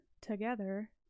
together